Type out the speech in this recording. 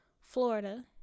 Florida